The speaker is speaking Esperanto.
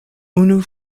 unu